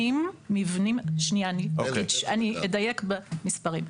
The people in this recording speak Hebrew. --- אני אדייק במספרים.